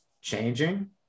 changing